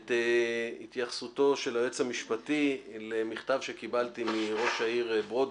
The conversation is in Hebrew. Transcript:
את התייחסותו של היועץ המשפטי למכתב שקיבלתי מראש העיר ברודני,